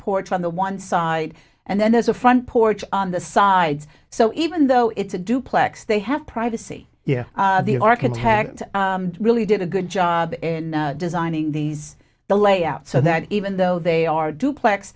porch on the one side and then there's a front porch on the sides so even though it's a duplex they have privacy yeah the architect really did a good job in designing these the layout so that even though they are duplex